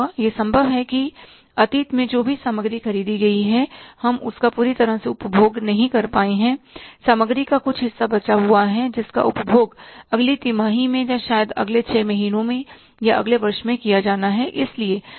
यह संभव है कि अतीत में जो भी सामग्री खरीदी गई है हम उसका पूरी तरह से उपभोग नहीं कर पाए सामग्री का कुछ हिस्सा बचा हुआ है और जिसका उपयोग अगली तिमाही में या शायद अगले 6 महीनों में या अगले वर्ष में किया जाना है